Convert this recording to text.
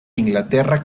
inglaterra